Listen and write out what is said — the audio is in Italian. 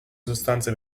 sostanze